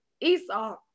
Esau